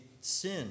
sin